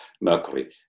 mercury